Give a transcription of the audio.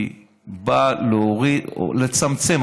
היא באה לצמצם,